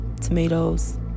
tomatoes